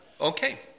okay